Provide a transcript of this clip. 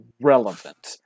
relevant